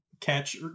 catch